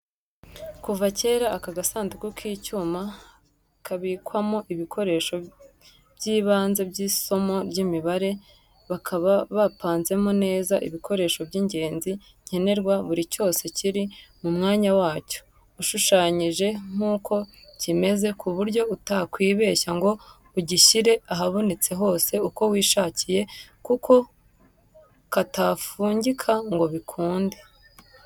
Kuva kera aka gasanduku k'icyuma kabikwamo ibikoresho by'ibanze by'isomo ry'imibare, kabaga gapanzemo neza ibikoresho by'ingenzi nkenerwa, buri cyose kiri mu mwanya wacyo, ushushanyije nk'uko kimeze ku buryo utakwibeshya ngo ugishyire ahabonetse hose uko wishakiye, kuko katafungika ngo bikunde.